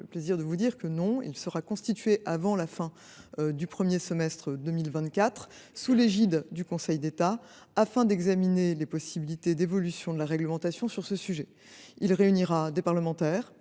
plaisir de vous dire que tel n’est pas le cas. Il sera constitué avant la fin du premier semestre 2024, sous l’égide du Conseil d’État, afin d’examiner les possibilités d’évolution de la réglementation sur ce sujet. Il réunira des parlementaires,